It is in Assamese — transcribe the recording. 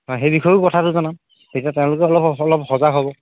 অঁ সেই বিষয়ও কথাটো জনাম তেতিয়া তেওঁলোকে অলপ অলপ সজাগ হ'ব